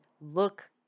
look